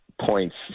points